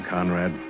Conrad